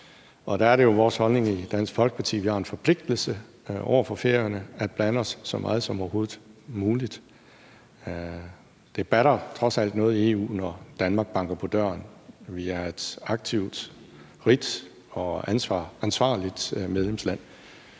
der er det jo vores holdning i Dansk Folkeparti, at vi har en forpligtelse over for Færøerne til at blande os så meget som overhovedet muligt. Det batter trods alt noget i EU, når Danmark banker på døren via et aktivt, rigt og ansvarligt medlemsland.